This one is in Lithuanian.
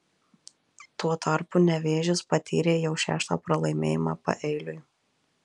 tuo tarpu nevėžis patyrė jau šeštą pralaimėjimą paeiliui